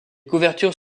couvertures